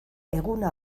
eguna